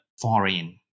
foreign